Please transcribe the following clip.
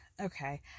okay